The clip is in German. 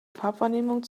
farbwahrnehmung